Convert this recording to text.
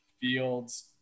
fields